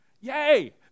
Yay